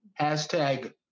Hashtag